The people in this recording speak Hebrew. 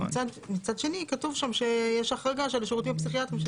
מצד שני כתוב שם שיש החרגה של השירותים הפסיכיאטריים.